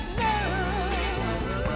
love